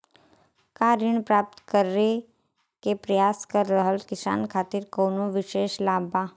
का ऋण प्राप्त करे के प्रयास कर रहल किसान खातिर कउनो विशेष लाभ बा?